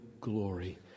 glory